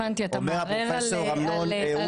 אומר פרופ' רובינשטיין --- לא הבנתי,